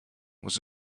was